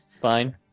Fine